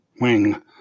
Wing